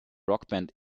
rockband